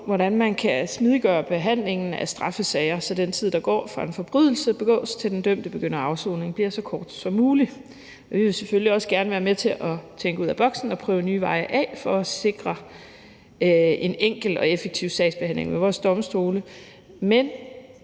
hvordan man kan smidiggøre behandlingen af straffesager, så den tid, der går, fra en forbrydelse begås, til den dømte begynder afsoningen, bliver så kort som muligt. Vi vil selvfølgelig også gerne være med til at tænke ud af boksen og prøve nye veje for at sikre en enkel og effektiv sagsbehandling ved vores domstole, men